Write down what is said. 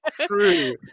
true